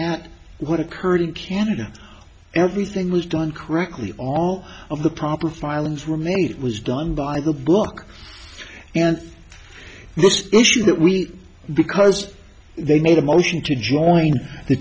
at what occurred in canada everything was done correctly are all of the proper filings roommate was done by the book and that will because they made a motion to join the